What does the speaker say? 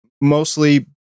mostly